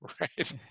right